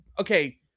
Okay